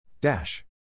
Dash